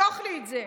תחסוך לי את זה.